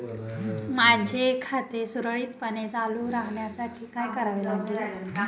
माझे खाते सुरळीतपणे चालू राहण्यासाठी काय करावे लागेल?